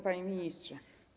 Panie Ministrze!